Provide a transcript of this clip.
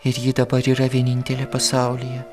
ir ji dabar yra vienintelė pasaulyje